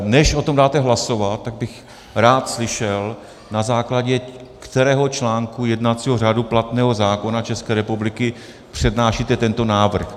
Než o tom dáte hlasovat, tak bych rád slyšel, na základě kterého článku jednacího řádu platného zákona České republiky přednášíte tento návrh?